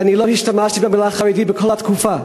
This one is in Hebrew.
ואני לא השתמשתי במילה "חרדי" בכל התקופה,